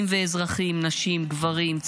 אדוני היושב-ראש, חבריי חברי הכנסת,